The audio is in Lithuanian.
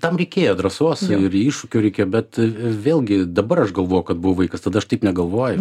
tam reikėjo drąsos ir iššūkio reikia bet vėlgi dabar aš galvoju kad buvau vaikas tada aš taip negalvojau